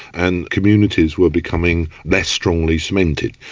and communities were becoming less strongly cemented.